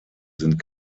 sind